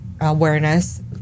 awareness